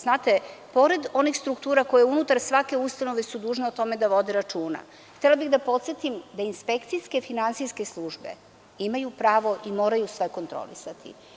Znate, pored onih struktura koje su unutar svake ustanove dužne da o tome vode računa, htela bih da podsetim da inspekcijske finansijske službe imaju pravo i moraju sve kontrolisati.